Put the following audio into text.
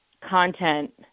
content